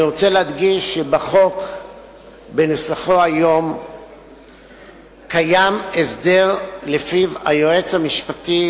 אני רוצה להדגיש שבחוק בנוסחו היום קיים הסדר שלפיו היועץ המשפטי